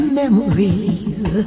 memories